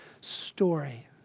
story